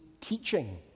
teaching